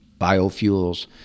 biofuels